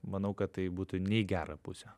manau kad tai būtų ne į gerą pusę